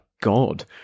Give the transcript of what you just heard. god